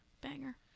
Banger